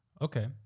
Okay